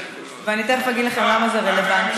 ואני תכף אגיד לכם למה זה רלוונטי.